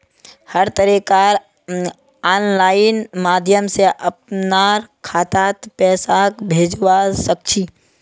हर तरीकार आनलाइन माध्यम से अपनार खातात पैसाक भेजवा सकछी